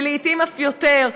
ולעתים אף יותר,